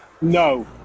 No